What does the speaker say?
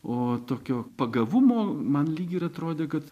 o tokio pagavumo man lyg ir atrodė kad